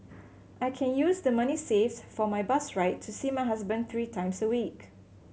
I can use the money saved for my bus ride to see my husband three times a week